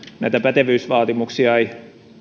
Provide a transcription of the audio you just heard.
näitä pätevyysvaatimuksia ei